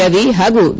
ರವಿ ಹಾಗೂ ವಿ